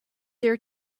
there